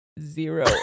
zero